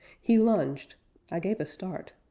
he lunged i gave a start.